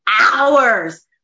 hours